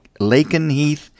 Lakenheath